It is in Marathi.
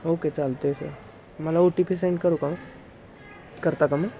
ओके चालतं आहे सर मला ओ टी पी सेंड करू का करता का मग